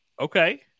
Okay